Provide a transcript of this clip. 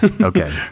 Okay